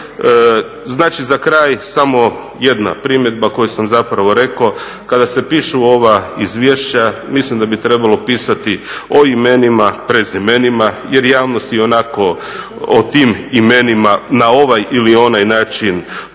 Znači, za kraj samo jedna primjedba koju sam zapravo rekao, kada se pišu ova izvješća, mislim da bi trebalo pisati o imenima, prezimenima jer javnost i onako o tim imenima na ovaj ili onaj način progovara,